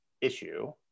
issue